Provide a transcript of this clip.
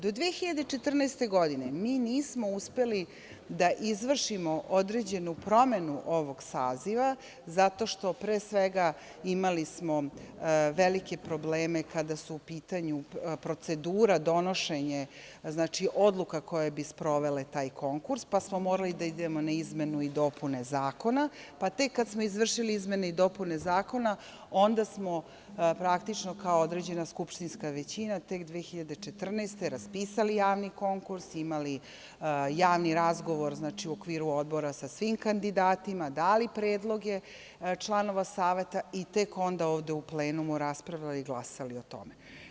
Do 2014. godine mi nismo uspeli da izvršimo određenu promenu ovog saziva zato što, pre svega, imali smo velike probleme kada su u pitanju procedura, donošenje, znači odluka koje bi sprovele taj konkurs, pa smo morali da idemo na izmene i dopune zakona, pa tek kada smo izvršili izmene i dopune zakona, onda smo praktično, kao određena skupštinska većina tek 2014. godine raspisali javni konkurs, imali javni razgovor, znači u okviru Odbora sa svim kandidatima, dali predloge članova Saveta i tek onda ovde u plenumu raspravljali i glasali o tome.